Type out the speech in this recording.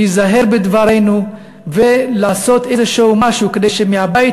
להיזהר בדברינו ולעשות משהו כדי שמהבית